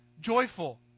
joyful